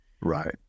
Right